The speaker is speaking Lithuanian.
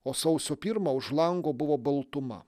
o sausio pirmą už lango buvo baltuma